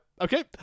Okay